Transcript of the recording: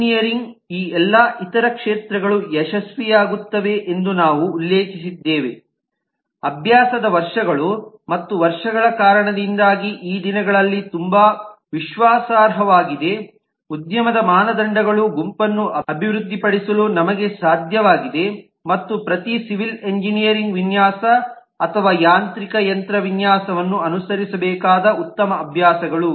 ಎಂಜಿನಿಯರಿಂಗ್ನ ಈ ಎಲ್ಲಾ ಇತರ ಕ್ಷೇತ್ರಗಳು ಯಶಸ್ವಿಯಾಗುತ್ತವೆ ಎಂದು ನಾವು ಉಲ್ಲೇಖಿಸಿದ್ದೇವೆ ಅಭ್ಯಾಸದ ವರ್ಷಗಳು ಮತ್ತು ವರ್ಷಗಳ ಕಾರಣದಿಂದಾಗಿ ಈ ದಿನಗಳಲ್ಲಿ ತುಂಬಾ ವಿಶ್ವಾಸಾರ್ಹವಾಗಿದೆ ಉದ್ಯಮದ ಮಾನದಂಡಗಳ ಗುಂಪನ್ನು ಅಭಿವೃದ್ಧಿಪಡಿಸಲು ನಮಗೆ ಸಾಧ್ಯವಾಗಿದೆ ಮತ್ತು ಪ್ರತಿ ಸಿವಿಲ್ ಎಂಜಿನಿಯರಿಂಗ್ ವಿನ್ಯಾಸ ಅಥವಾ ಯಾಂತ್ರಿಕ ಯಂತ್ರ ವಿನ್ಯಾಸವನ್ನು ಅನುಸರಿಸಬೇಕಾದ ಉತ್ತಮ ಅಭ್ಯಾಸಗಳು